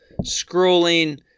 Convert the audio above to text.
scrolling